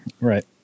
Right